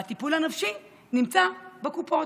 והטיפול הנפשי נמצא בקופות.